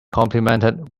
complimented